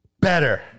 better